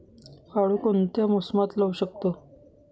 आळू कोणत्या मोसमात लावू शकतो?